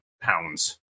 pounds